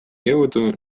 jõudu